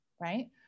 right